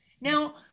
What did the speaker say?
Now